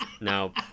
Now